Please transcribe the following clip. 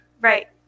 Right